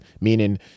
meaning